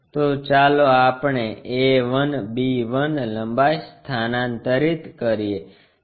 તો ચાલો આપણે તે a 1 b 1 લંબાઈ સ્થાનાંતરિત કરીએ